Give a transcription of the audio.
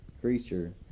creature